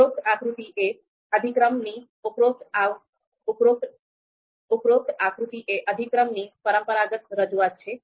ઉપરોક્ત આકૃતિ એ અધિક્રમની પરંપરાગત રજૂઆત છે